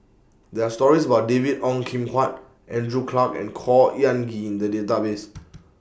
There Are stories about David Ong Kim Huat Andrew Clarke and Khor Ean Ghee in The Database